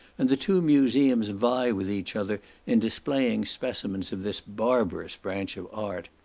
and the two museums vie with each other in displaying specimens of this barbarous branch of art.